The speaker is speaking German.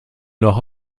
noch